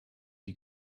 die